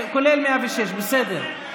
כולל 106. בסדר.